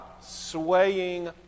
swaying